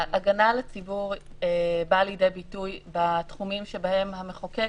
ההגנה על הציבור באה לידי ביטוי בתחומים שבהם המחוקק